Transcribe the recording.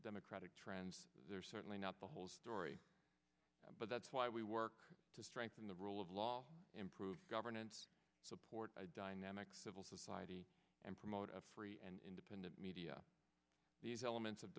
democratic trends they're certainly not the whole story but that's why we work to strengthen the rule of law improve governance support a dynamic civil society and promote a free and independent media these elements of